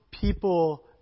people